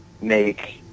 make